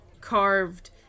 carved